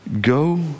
go